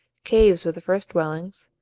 caves were the first dwellings,